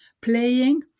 playing